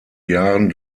jahren